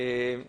אשמח